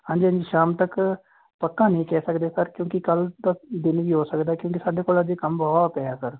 ਹਾਂਜੀ ਹਾਂਜੀ ਸ਼ਾਮ ਤੱਕ ਪੱਕਾ ਨਹੀਂ ਕਹਿ ਸਕਦੇ ਸਰ ਕਿਉਂਕਿ ਕੱਲ੍ਹ ਦਾ ਦਿਨ ਵੀ ਹੋ ਸਕਦਾ ਕਿਉਂਕਿ ਸਾਡੇ ਕੋਲ ਅਜੇ ਕੰਮ ਬਹੁਤ ਪਿਆ ਸਰ